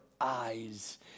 eyes